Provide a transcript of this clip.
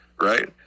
right